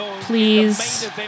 Please